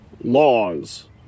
laws